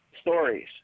stories